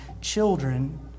children